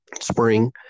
spring